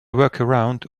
workaround